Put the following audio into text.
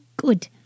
Good